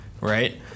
right